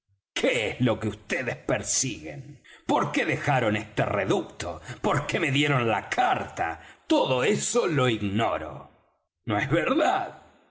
qué es lo que vds persiguen por qué dejaron este reducto por qué me dieron la carta todo eso lo ignoro no es verdad